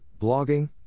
blogging